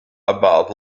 about